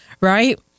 right